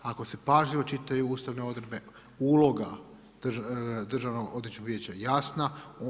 Ako se pažljivo čitaju ustavne odredbe, uloga Državnoodvjetničkog vijeća je jasna.